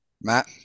Matt